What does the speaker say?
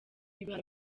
ibihano